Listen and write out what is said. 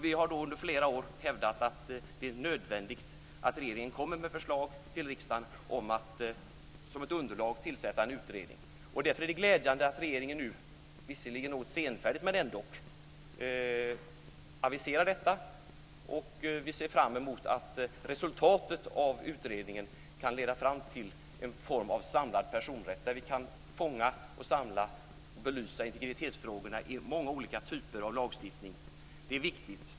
Vi har under flera år hävdat att det är nödvändigt att regeringen kommer med förslag till riksdagen; detta som ett underlag för att tillsätta en utredning. Därför är det glädjande att regeringen nu - visserligen något senfärdigt men ändå - aviserar detta. Vi ser fram emot att resultatet av utredningen kan leda fram till en form av samlad personrätt där vi kan fånga, samla och belysa integritetsfrågorna i många olika typer av lagstiftning. Detta är viktigt.